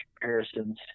comparisons